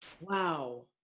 wow